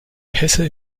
pässe